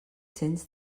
cents